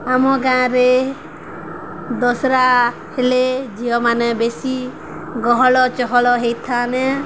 ଆମ ଗାଁରେ ଦଶହରା ହେଲେ ଝିଅମାନେ ବେଶୀ ଗହଳ ଚହଲ ହେଇଥାନ